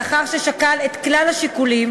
לאחר ששקל את כלל השיקולים,